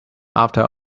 after